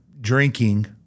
drinking